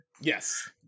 Yes